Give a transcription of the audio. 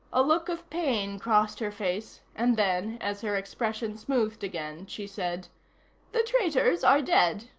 a look of pain crossed her face, and then, as her expression smoothed again, she said the traitors are dead.